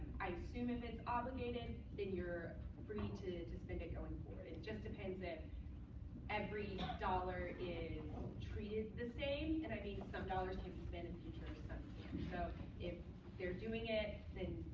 i assume if it's obligated, then you're free to to spend it going forward. it just depends if every dollar is treated the same and i mean some dollars can be spent in future um so if they're doing it, then